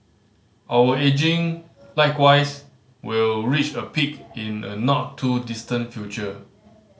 our ageing likewise will reach a peak in a not too distant future